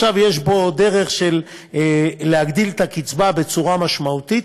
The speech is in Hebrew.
עכשיו יש פה דרך להגדיל את הקצבה בצורה משמעותית,